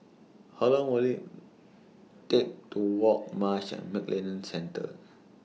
How Long Will IT Take to Walk Marsh and McLennan Centre